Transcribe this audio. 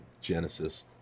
Genesis